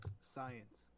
science